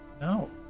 No